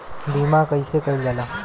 बीमा कइसे कइल जाला?